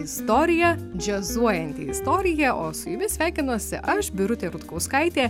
istorija džiazuojanti istorija o su jumis sveikinuosi aš birutė rutkauskaitė